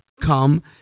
Come